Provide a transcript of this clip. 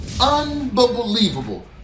unbelievable